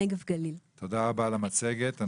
תודה רבה על המצגת.